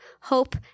hope